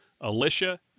Alicia